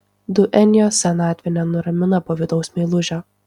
duenjos senatvė nenuramina pavydaus meilužio